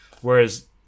whereas